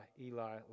Eli